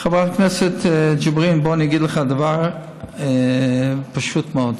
חבר הכנסת ג'בארין, אגיד לך דבר פשוט מאוד: